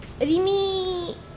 Rimi